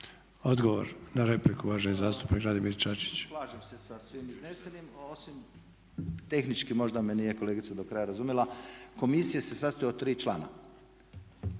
Odgovor na repliku uvaženi zastupnik Radimir Čačić.